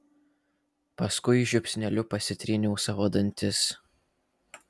paskui žiupsneliu pasitryniau savo dantis